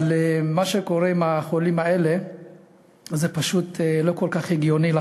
אבל מה שקורה עם החולים האלה זה פשוט לא כל כך הגיוני.